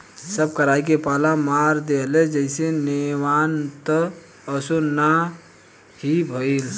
सब कराई के पाला मार देहलस जईसे नेवान त असो ना हीए भईल